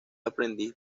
aprendiz